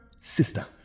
Sister